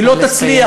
היא לא תצליח.